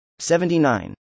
79